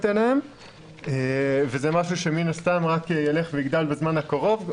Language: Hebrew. אליהם וזה משהו שמן הסתם רק יילך ויגדל בזמן הקרוב.